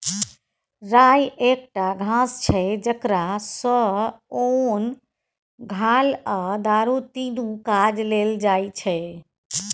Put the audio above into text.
राइ एकटा घास छै जकरा सँ ओन, घाल आ दारु तीनु काज लेल जाइ छै